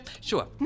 Sure